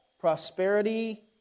prosperity